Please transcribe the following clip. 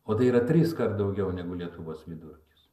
o tai yra triskart daugiau negu lietuvos vidurkis